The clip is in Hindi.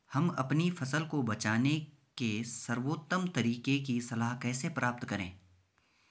हम अपनी फसल को बचाने के सर्वोत्तम तरीके की सलाह कैसे प्राप्त करें?